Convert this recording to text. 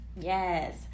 Yes